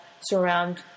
surround